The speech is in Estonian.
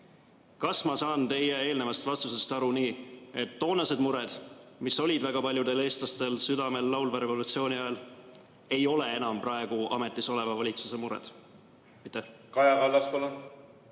Kas ma saan teie eelnevast vastusest õigesti aru, et toonased mured, mis olid väga paljudel eestlastel südamel laulva revolutsiooni ajal, ei ole enam praegu ametis oleva valitsuse mured? Kaja Kallas, palun!